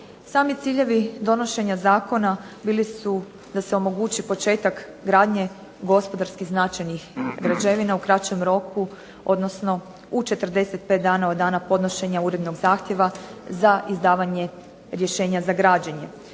Sami ciljeva donošenja zakona bili su da se omogući početak gradnje gospodarski značajnih građevina u kraćem roku, odnosno u 45 dana od dana podnošenja urednog zahtjeva za izdavanje rješenja za građenje.